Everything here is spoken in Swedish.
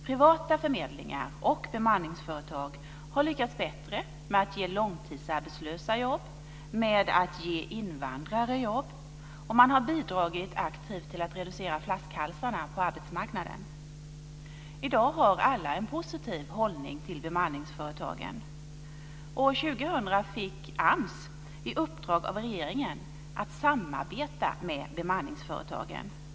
Privata förmedlingar och bemanningsföretag har lyckats bättre med att ge långtidsarbetslösa jobb och med att ge invandrare jobb, och de har bidragit aktivt till att reducera flaskhalsarna på arbetsmarknaden. I dag har alla en positiv hållning till bemanningsföretagen. År 2000 fick AMS i uppdrag av regeringen att samarbeta med bemanningsföretagen.